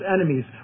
enemies